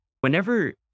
whenever